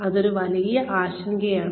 അതൊരു വലിയ ആശങ്കയാണ്